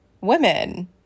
women